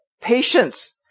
Patience